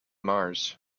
mars